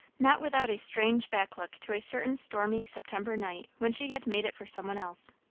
not without a strange back look to a certain stormy september night when she had made it for some one else.